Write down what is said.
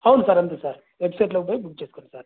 అవును సార్ అంతే సార్ వెబ్సైట్లోకి పోయి బుక్ చేసుకోండి సార్